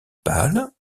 pâle